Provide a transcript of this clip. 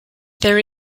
there